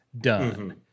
done